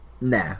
Nah